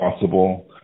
possible